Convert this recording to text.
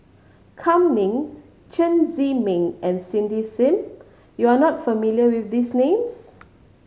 Kam Ning Chen Zhiming and Cindy Sim you are not familiar with these names